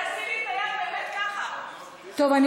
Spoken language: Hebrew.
תעשי לי עם היד באמת ככה, מיכל רוזין.